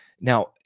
Now